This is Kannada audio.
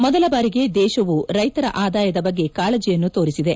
ಮೊದಲ ಬಾರಿಗೆ ದೇಶವು ರೈತರ ಆದಾಯದ ಬಗ್ಗೆ ಕಾಳಜಿಯನ್ನು ತೋರಿಸಿದೆ